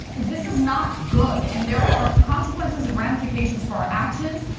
this is not good, and there are consequences and ramifications for our actions.